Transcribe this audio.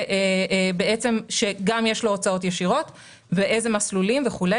שגם יש לו הוצאות ישירות ואיזה מסלולים וכו'.